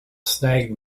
snagged